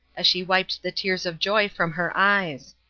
as she wiped the tears of joy from her eyes,